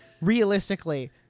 realistically